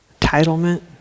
entitlement